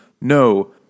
no